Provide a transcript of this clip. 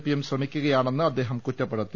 പിയും ശ്ര മിക്കുകയാണെന്ന് അദ്ദേഹം കൂറ്റപ്പെടുത്തി